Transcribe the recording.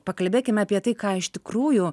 pakalbėkime apie tai ką iš tikrųjų